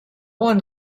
one